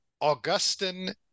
Augustine